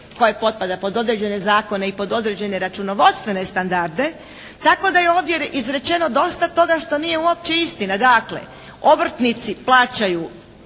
koje potpada pod određene zakone i pod određene računovodstvene standarde tako da je ovdje izrečeno dosta toga što nije uopće istina. Dakle, obrtnici plaćaju